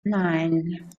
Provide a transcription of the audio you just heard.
nine